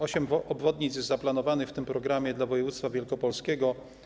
Osiem obwodnic jest zaplanowanych w tym programie dla województwa wielkopolskiego.